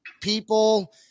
people –